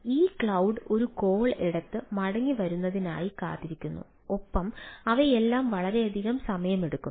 അതിനാൽ ആ ക്ലൌഡ് എടുത്ത് മടങ്ങിവരുന്നതിനായി കാത്തിരിക്കുന്നു ഒപ്പം അവയെല്ലാം വളരെയധികം സമയമെടുക്കും